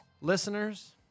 Listeners